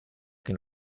che